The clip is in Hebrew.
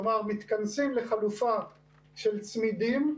כלומר, מתכנסים לחלופה של צמידים,